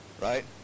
Right